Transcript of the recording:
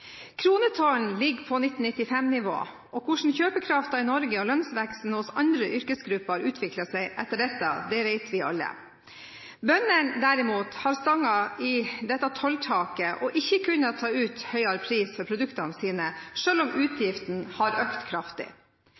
Kronetollen ligger på 1995-nivå, og hvordan kjøpekraften i Norge og lønnsveksten hos andre yrkesgrupper har utviklet seg etter dette, det vet vi alle. Bøndene derimot har stanget i dette tolltaket, og har ikke kunnet ta ut høyere pris for produktene sine selv om utgiftene har økt kraftig.